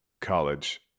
college